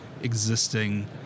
existing